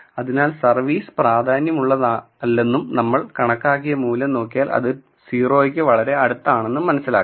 അതിനാൽ സർവീസ് പ്രാധാന്യമുള്ളതല്ലെന്നും നമ്മൾ കണക്കാക്കിയ മൂല്യം നോക്കിയാൽ അത് 0 ക്കു വളരെ അടുത്താണെന്നും മനസിലാക്കാം